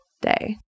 day